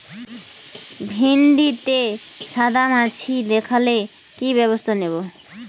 ভিন্ডিতে সাদা মাছি দেখালে কি ব্যবস্থা নেবো?